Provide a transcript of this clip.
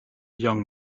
young